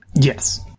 Yes